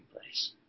place